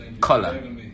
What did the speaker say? color